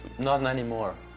not anymore,